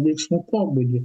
veiksmų pobūdį